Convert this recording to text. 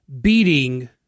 beating